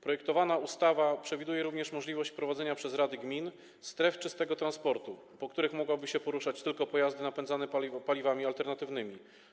Projektowana ustawa przewiduje również możliwość wprowadzenia przez rady gmin stref czystego transportu, po których mogłyby poruszać się tylko pojazdy napędzane paliwami alternatywnymi.